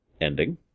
ending